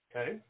Okay